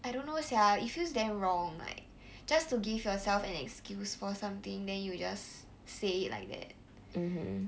I don't know sia it feels damn wrong like just to give yourself an excuse for something then you just say it like that